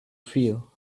feel